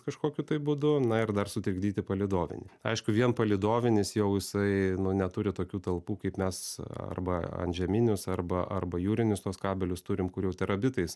kažkokiu tai būdu na ir dar sutrikdyti palydovinį aišku vien palydovinis jau jisai nu neturi tokių talpų kaip mes arba antžeminius arba arba jūrinius tuos kabelius turim kur jau terabitais